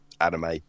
anime